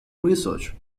research